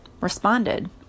responded